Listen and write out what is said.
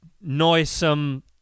noisome